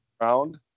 round